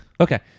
Okay